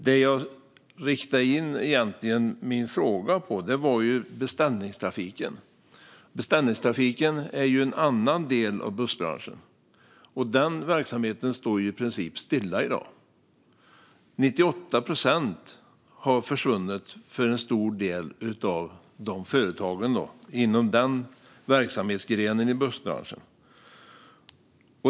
Det jag egentligen riktade in mig på i min fråga var beställningstrafiken. Det är en annan del av bussbranschen. Verksamheten står i princip stilla i dag. 98 procent har försvunnit för en stor del av de företag som verkar inom denna gren av bussbranschen.